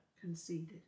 conceded